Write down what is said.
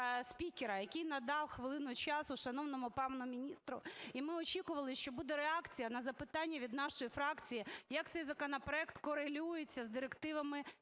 який надав хвилину часу шановному пану міністру. І ми очікували, що буде реакція на запитання від нашої фракції, як цей законопроект корелюється з директивами